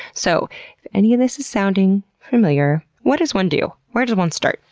so if any of this is sounding familiar, what does one do? where does one start?